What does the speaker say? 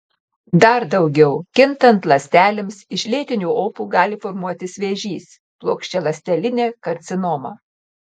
dar daugiau kintant ląstelėms iš lėtinių opų gali formuotis vėžys plokščialąstelinė karcinoma